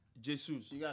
Jesus